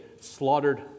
slaughtered